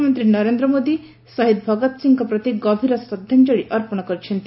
ପ୍ରଧାନମନ୍ତ୍ରୀ ନରେନ୍ଦ୍ର ମୋଦୀ ଶହୀଦ ଭଗତ ସିଂଙ୍କ ପ୍ରତି ଗଭୀର ଶ୍ରଦ୍ଧାଞ୍ଜଳି ଅର୍ପଣ କରିଛନ୍ତି